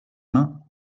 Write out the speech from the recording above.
main